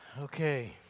Okay